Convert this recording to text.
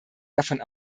davon